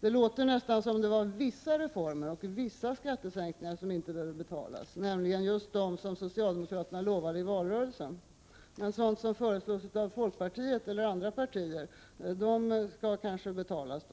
Det låter nästan som om det är vissa reformer och vissa skattesänkningar som inte behöver betalas, nämligen de som socialdemokraterna lovade i valrörelsen. Förslag som kommer från folkpartiet och från andra partier skall då kanske betalas.